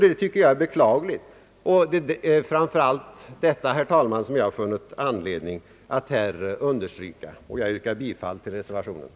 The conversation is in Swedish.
Det tycker jag är beklagligt, och det är framför allt detta, herr talman, som jag funnit anledning att här understryka. Jag yrkar bifall till reservationen.